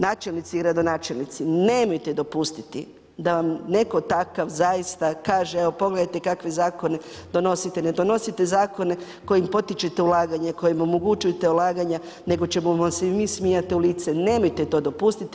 Načelnici i gradonačelnici nemojte dopustiti da vam netko takav zaista kaže, evo pogledajte kakve zakone donosite, ne donosite zakone kojim potičete ulaganje, kojim omogućujete ulaganja nego ćemo vam se i mi smijati u lice, nemojte to dopustiti.